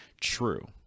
true